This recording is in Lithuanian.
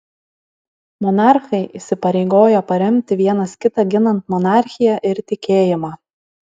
monarchai įsipareigojo paremti vienas kitą ginant monarchiją ir tikėjimą